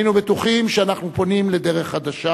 היינו בטוחים שאנחנו פונים לדרך חדשה,